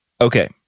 okay